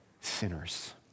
sinners